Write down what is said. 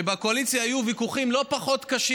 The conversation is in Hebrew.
ובקואליציה היו ויכוחים לא פחות קשים